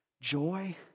joy